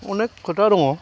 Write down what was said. अनेख खोथा दङ